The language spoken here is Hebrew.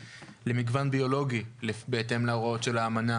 אחד התנאים של אחד השרים היה שהמימון